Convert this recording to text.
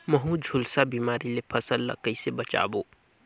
महू, झुलसा बिमारी ले फसल ल कइसे बचाबो?